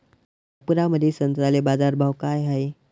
नागपुरामंदी संत्र्याले बाजारभाव काय हाय?